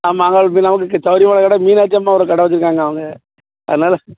ஆமாம் அங்கே நமக்கு சவுகரியமான இடம் மீனாட்சி அம்மா ஒரு கடை வைச்சிருக்காங்க அங்கே அதனால்